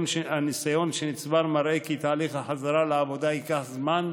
הניסיון שנצבר מראה כי תהליך החזרה לעבודה ייקח זמן,